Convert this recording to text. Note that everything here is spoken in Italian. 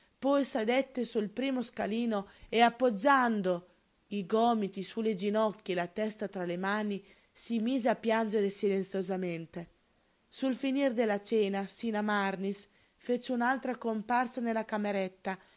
poi sedette sul primo scalino e appoggiando i gomiti su le ginocchia e la testa tra le mani si mise a piangere silenziosamente sul finir della cena sina marnis fece un'altra comparsa nella cameretta